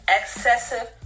excessive